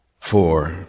four